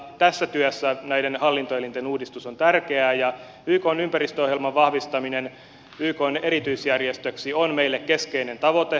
tässä työssä näiden hallintoelinten uudistus on tärkeää ja ykn ympäristöohjelman vahvistaminen ykn erityisjärjestöksi on meille keskeinen tavoite